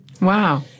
Wow